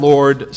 Lord